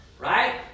right